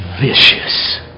vicious